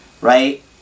right